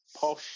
posh